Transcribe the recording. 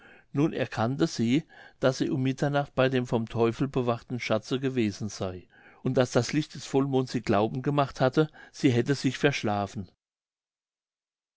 nun erkannte sie daß sie um mitternacht bei dem vom teufel bewachten schatze gewesen sey und daß das licht des vollmonds sie glauben gemacht hatte sie hätte sich verschlafen